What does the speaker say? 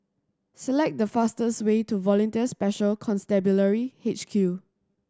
select the fastest way to Volunteer Special Constabulary H Q